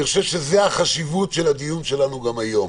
אני חושב שזו החשיבות של הדיון שלנו גם היום.